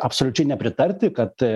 absoliučiai nepritarti kad